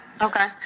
Okay